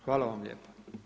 Hvala vam lijepa.